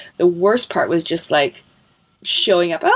the worst part was just like showing up, oh,